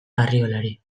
arriolari